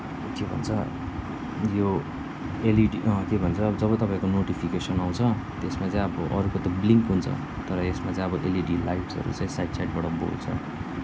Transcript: के भन्छ यो एलइडी के भन्छ जब तपाईँको नोटिफिकेसन आउँछ त्यसमा चाहिँ अब अर्को त ब्लिङ्क हुन्छ तर यसमा चाहिँ अब एलइडी लाइट्सहरू चाहिँ साइड साइडबाट बल्छ